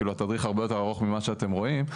התדריך הזה יותר ארוך ממה שאתם רואים.